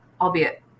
albeit